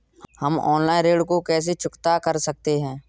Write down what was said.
हम ऑनलाइन ऋण को कैसे चुकता कर सकते हैं?